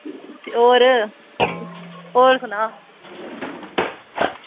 होर होर सनाऽ